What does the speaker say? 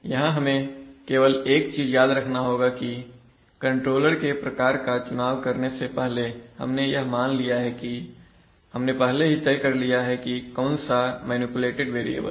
यहां हमें केवल एक चीज याद रखना होगा कि कंट्रोलर के प्रकार का चुनाव करने से पहले हमने यह मान लिया है कि हमने पहले ही यह तय कर लिया है कि कौन सा मैनिपुलेटेड वेरिएबल है